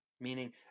meaning